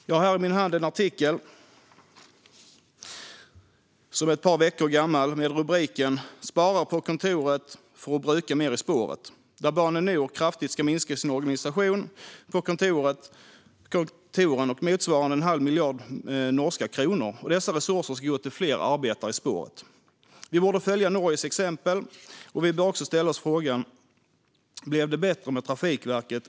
Jag har i min hand en artikel som är ett par veckor gammal. Rubriken är: "Sparer på kontoret for å bruke mer i sporet". Bane Nor ska kraftigt minska sin organisation på kontoren motsvarande en halv miljard norska kronor. Dessa resurser ska gå till fler arbetare i spåret. Vi borde följa Norges exempel. Vi bör också ställa oss frågan om det blev bättre med Trafikverket.